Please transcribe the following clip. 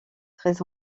très